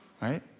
right